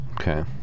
Okay